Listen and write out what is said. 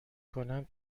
کنم